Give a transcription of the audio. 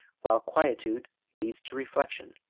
while quietude leads to reflection,